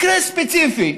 מקרה ספציפי,